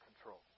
control